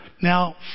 Now